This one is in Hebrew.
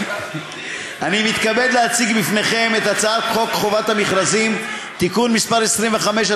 אני מתכבד להציג בפניכם את הצעת חוק חובת המכרזים (תיקון מס' 25),